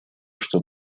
что